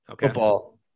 football